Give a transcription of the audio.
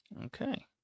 Okay